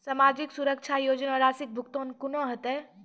समाजिक सुरक्षा योजना राशिक भुगतान कूना हेतै?